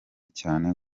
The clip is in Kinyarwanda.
cyane